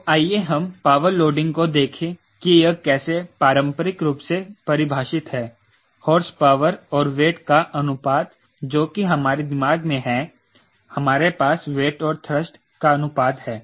तो आइए हम पावर लोडिंग को देखें कि यह कैसे पारंपरिक रूप से परिभाषित है हॉर्सपावर और वेट का अनुपात जो की हमारे दिमाग में है हमारे पास वेट और थ्रस्ट का अनुपात है